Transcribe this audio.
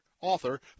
author